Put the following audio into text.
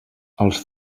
els